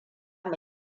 mu